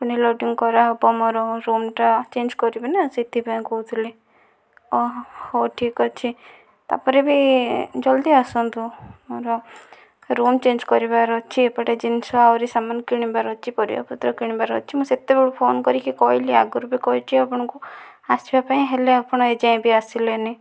ପୁଣି ଲୋଡିଙ୍ଗ କରା ହେବ ମୋ'ର ରୁମଟା ଚେଞ୍ଜ୍ କରିବି ନା ସେଥିପାଇଁ କହୁଥିଲି ଓହୋ ହେଉ ଠିକ୍ ଅଛି ତା'ପରେ ବି ଜଲଦି ଆସନ୍ତୁ ମୋ'ର ରୁମ୍ ଚେଞ୍ଜ୍ କରିବାର ଅଛି ଏପଟେ ଜିନିଷ ଆହୁରି ସାମାନ କିଣିବାର ଅଛି ପରିବା ପତ୍ର କିଣିବାର ଅଛି ମୁଁ ସେତେବେଳୁ ଫୋନ କରିକି କହିଲି ଆଗରୁ ବି କହିଛି ଆପଣଙ୍କୁ ଆସିବା ପାଇଁ ହେଲେ ଆପଣ ଏ ଯାଏଁ ବି ଆସିଲେନି